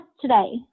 today